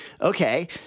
Okay